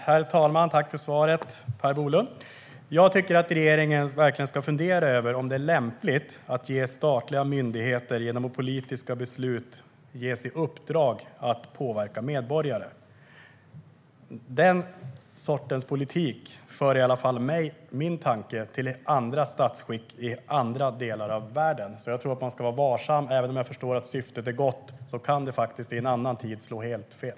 Herr talman! Jag tackar för svaret, Per Bolund. Jag tycker att regeringen verkligen ska fundera över om det är lämpligt att statliga myndigheter genom politiska beslut ges i uppdrag att påverka medborgare. Den sortens politik för i alla fall min tanke till andra statsskick i andra delar av världen. Jag tror att man ska vara varsam, även om jag förstår att syftet är gott. I en annan tid kan det slå helt fel.